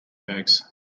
bags